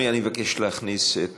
אני מבקש להכניס את